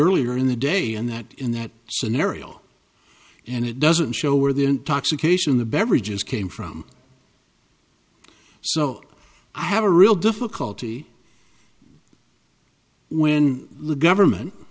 earlier in the day and that in that scenario and it doesn't show where the intoxication the beverages came from so i have a real difficulty when the government